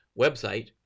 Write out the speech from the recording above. website